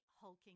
hulking